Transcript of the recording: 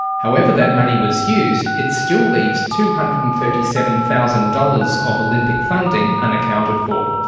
however that money was used, it still leaves two hundred and thirty seven thousand dollars of olympic funding unaccounted for.